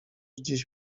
gdzieś